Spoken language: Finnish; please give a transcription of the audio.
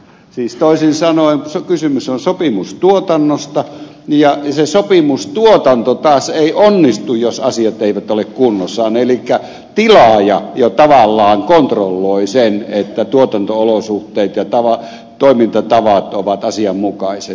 siis toisin sanoen kysymys on sopimustuotannosta ja se sopimustuotanto taas ei onnistu jos asiat eivät ole kunnossa elikkä tilaaja jo tavallaan kontrolloi sen että tuotanto olosuhteet ja toimintatavat ovat asianmukaiset